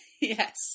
Yes